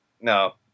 No